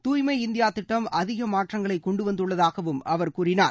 தூய்மை இந்தியா திட்டம் அதிக மாற்றங்களைக் கொண்டு வந்துள்ளதாகவும் அவர் கூறினார்